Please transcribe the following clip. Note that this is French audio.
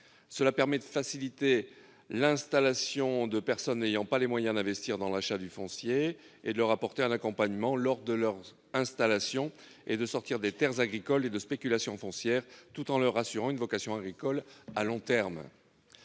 ce qui facilite l'installation de personnes n'ayant pas les moyens d'investir dans l'achat du foncier, leur apporte un accompagnement lors de leur installation et sort des terres agricoles de la spéculation foncière, tout en leur assurant une vocation agricole à long terme.